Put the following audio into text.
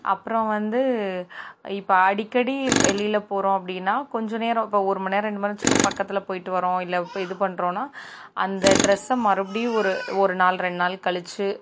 அப்புறம் வந்து இப்போ அடிக்கடி வெளியில் போகிறோம் அப்படின்னா கொஞ்ச நேரம் இப்போ ஒரு மணி நேரம் இரண்டு மணி நேரம் சும்மா பக்கத்தில் போயிட்டு வர்றோம் இல்லை இப்போ இது பண்ணுறோன்னா அந்த ட்ரஸ்ஸை மறுபடியும் ஒரு ஒரு நாள் ரெண்டு நாள் கழித்து